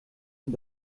und